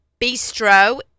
Bistro